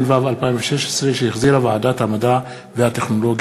התשע"ו 2016, שהחזירה ועדת המדע והטכנולוגיה.